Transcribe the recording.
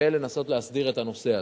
לנסות להסדיר את הנושא הזה.